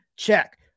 check